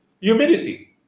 humidity